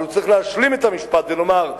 אבל צריך להשלים את המשפט ולומר,